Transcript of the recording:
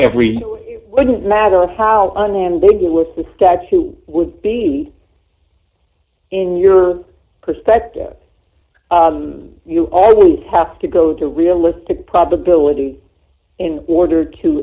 every wouldn't matter how unambiguous the statue would be in your perspective you always have to go to realistic probability in order to